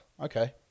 okay